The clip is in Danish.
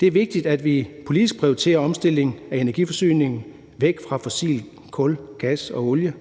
Det er vigtigt, at vi politisk prioriterer omstillingen af energiforsyningen væk fra fossilt kul, gas og olie.